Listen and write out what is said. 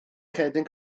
cherdyn